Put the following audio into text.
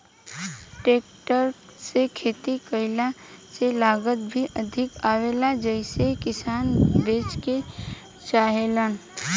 tractor से खेती कईला से लागत भी अधिक आवेला जेइसे किसान बचे के चाहेलन